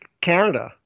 Canada